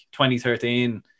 2013